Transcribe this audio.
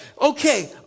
okay